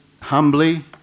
humbly